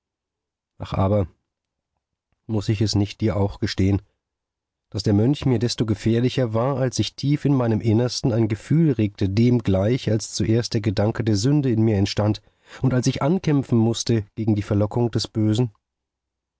aber muß ich es nicht dir auch gestehen daß der mönch mir desto gefährlicher war als sich tief in meinem innersten ein gefühl regte dem gleich als zuerst der gedanke der sünde in mir entstand und als ich ankämpfen mußte gegen die verlockung des bösen